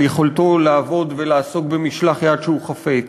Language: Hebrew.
על יכולתו לעבוד ולעסוק במשלח יד שהוא חפץ.